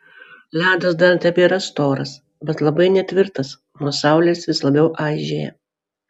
ledas dar tebėra storas bet labai netvirtas nuo saulės vis labiau aižėja